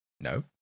No